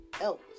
else